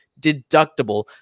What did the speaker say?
deductible